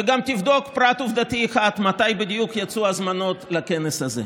וגם תבדוק פרט עובדתי אחד: מתי בדיוק יצאו ההזמנות לכנס הזה,